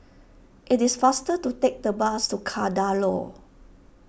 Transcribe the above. it is faster to take the bus to Kadaloor